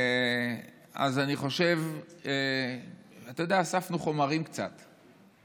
אז אני חושב, אתה יודע, אספנו קצת חומרים,